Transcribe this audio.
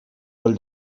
coll